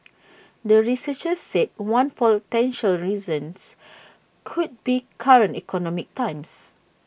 the researchers said one potential reasons could be current economic times